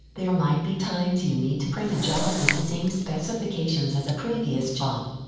there might be times you need to print a job with the same specifications as a previous job.